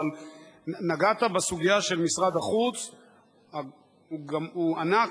אבל נגעת בסוגיה שמשרד החוץ הוא ענק,